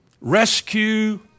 rescue